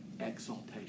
exaltation